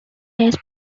raise